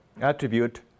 attribute